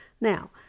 Now